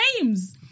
names